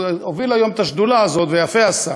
הוא הוביל היום את השדולה הזאת, ויפה עשה.